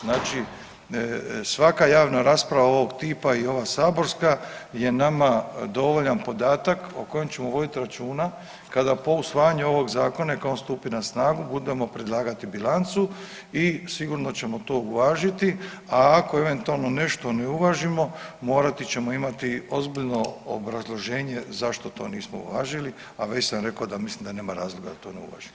Znači svaka javna rasprava ovog tipa i ova saborska je nama dovoljan podatak o kojem ćemo voditi računa kada po usvajanju ovog Zakona, neka on stupi na snagu budemo predlagati bilancu i sigurno ćemo to uvažiti, a ako eventualno nešto ne uvažimo, morati ćemo imati ozbiljno obrazloženje zašto to nismo uvažili, a već sam rekao da mislim da nema razloga da to ne uvažimo.